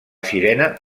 sirena